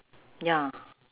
ya